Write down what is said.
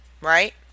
Right